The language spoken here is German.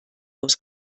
aus